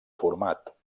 format